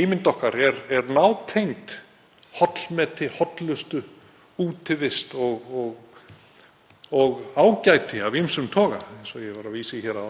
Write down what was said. ímynd okkar er nátengd hollmeti, hollustu, útivist og ágæti af ýmsum toga eins og ég var að vísa í hérna